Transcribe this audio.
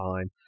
time